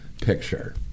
picture